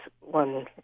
one